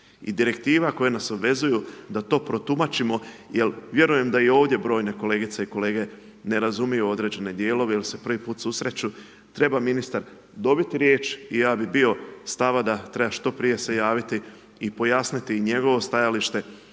i direktiva koje nas obvezuju da to protumačimo jer vjerujem da i ovdje brojne kolegice i kolege ne razumiju određene dijelove jer se prvi put susreću, treba ministar dobiti riječ i ja bi bio stava da treba što prije se javiti i pojasniti i njegovo stajalište